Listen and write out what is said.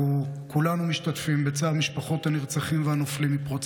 אנחנו כולנו משתתפים בצער משפחות הנרצחים והנופלים מפרוץ